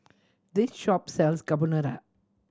this shop sells Carbonara